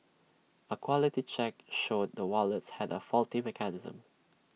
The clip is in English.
A quality check showed the wallets had A faulty mechanism